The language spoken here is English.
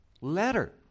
letter